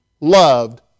loved